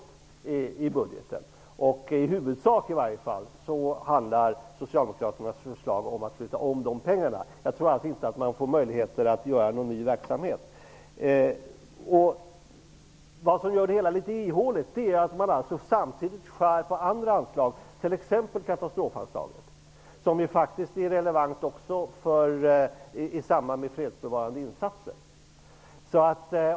I huvudsak handlar i varje fall Socialdemokraternas förslag om att flytta om dessa pengar. Jag tror inte att man med det får möjligheter till någon ny verksamhet. Det som också gör det hela litet ihåligt är att Socialdemokraterna samtidigt vill skära ned på andra anslag, exempelvis katastrofanslaget. Det anslaget är faktiskt också relevant för fredsbevarande insatser.